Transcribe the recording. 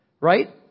right